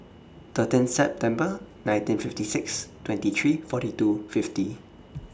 thirteen September nineteen fifty six twenty three forty two fifty